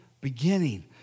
beginning